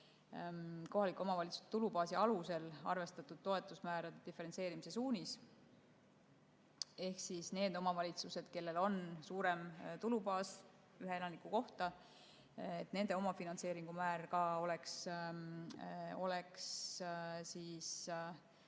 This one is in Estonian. kohalike omavalitsuste tulubaasi alusel arvestatud toetusmäärade diferentseerimise suunise. Nendel omavalitsustel, kellel on suurem tulubaas ühe elaniku kohta, oleks omafinantseeringu määr ka suurem,